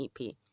EP